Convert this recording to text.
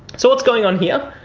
so what's going on here?